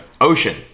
Ocean